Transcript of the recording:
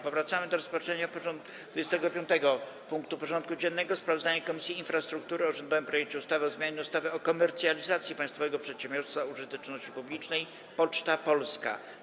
Powracamy do rozpatrzenia punktu 25. porządku dziennego: Sprawozdanie Komisji Infrastruktury o rządowym projekcie ustawy o zmianie ustawy o komercjalizacji państwowego przedsiębiorstwa użyteczności publicznej „Poczta Polska”